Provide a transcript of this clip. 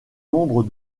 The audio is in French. nombre